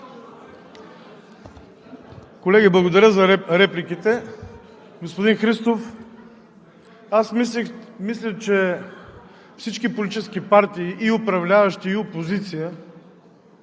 Колеги, благодаря за репликите. Господин Христов, аз мисля, че всички политически партии – и управляващи, и опозиция,